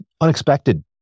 unexpected